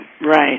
Right